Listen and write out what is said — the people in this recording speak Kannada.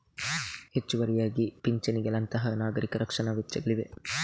ಹೆಚ್ಚುವರಿಯಾಗಿ ಪಿಂಚಣಿಗಳಂತಹ ನಾಗರಿಕ ರಕ್ಷಣಾ ವೆಚ್ಚಗಳಿವೆ